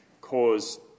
cause